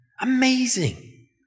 Amazing